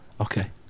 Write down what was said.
okay